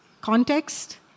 Context